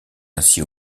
ainsi